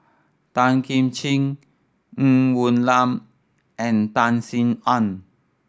Tan Kim Ching Ng Woon Lam and Tan Sin Aun